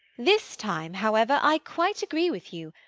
this time, however, i quite agree with you,